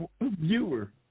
viewer